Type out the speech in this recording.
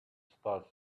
stars